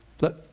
look